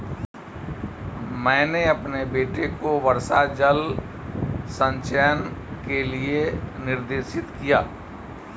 मैंने अपने बेटे को वर्षा जल संचयन के लिए निर्देशित किया